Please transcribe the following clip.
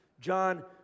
John